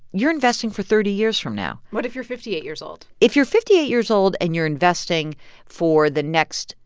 you're investing for thirty years from now what if you're fifty eight years old? if you're fifty eight years old and you're investing for the next,